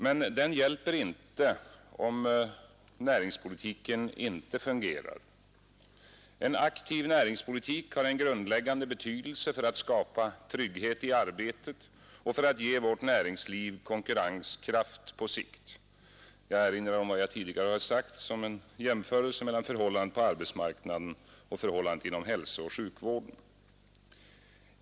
Men den hjälper inte om näringspolitiken inte fungerar. En aktiv näringspolitik har en grundläggande betydelse för att skapa trygghet i arbetet och för att ge vårt näringsliv konkurrenskraft på sikt. Jag erinrar om vad jag tidigare sagt som en jämförelse mellan förhållandena på arbetsmarknaden och förhållandena inom hälsooch sjukvården.